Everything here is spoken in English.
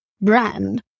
brand